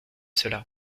cela